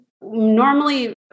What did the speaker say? Normally